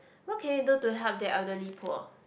what can you do to help the elderly poor